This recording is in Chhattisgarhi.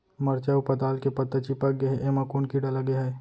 मरचा अऊ पताल के पत्ता चिपक गे हे, एमा कोन कीड़ा लगे है?